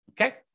okay